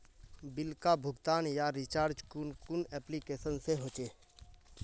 Bill का भुगतान या रिचार्ज कुन कुन एप्लिकेशन से होचे?